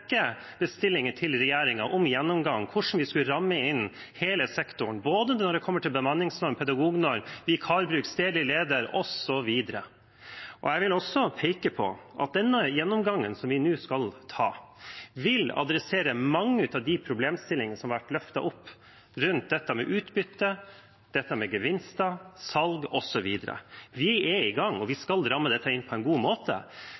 bestillinger til regjeringen om en gjennomgang av hvordan vi skulle ramme inn hele sektoren, både når det kommer til bemanningsnorm, pedagognorm, vikarbruk, stedlig leder osv. Jeg vil også peke på at denne gjennomgangen som vi nå skal ta, vil ta for seg mange av de problemstillingene som har vært løftet rundt dette med utbytte, dette med gevinster, salg osv. Vi er i gang, og vi skal ramme dette inn på en god måte.